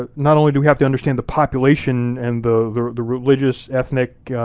ah not only do we have to understand the population, and the the the religious, ethnic,